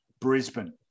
Brisbane